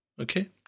Okay